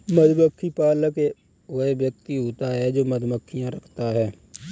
मधुमक्खी पालक वह व्यक्ति होता है जो मधुमक्खियां रखता है